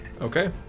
okay